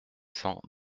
cents